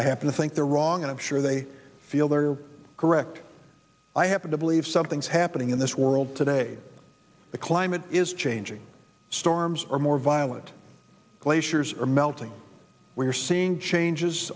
i happen to think they're wrong and i'm sure they feel they are correct i happen to believe something's happening in this world today the climate is changing storms are more violent glaciers are melting we are seeing changes